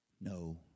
No